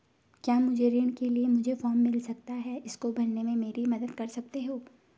क्या मुझे ऋण के लिए मुझे फार्म मिल सकता है इसको भरने में मेरी मदद कर सकते हो?